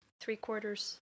Three-quarters